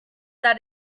that